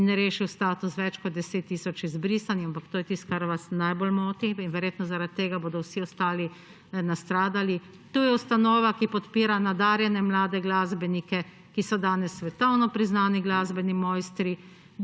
in rešil status več kot 10 tisoč izbrisanim, ampak to je tisto, kar vas najbolj moti in verjetno zaradi tega bodo vsi ostali nastradali. Tu je ustanova, ki podpisa nadarjene mlade glasbenike, ki so danes svetovno priznani glasbeni mojstri,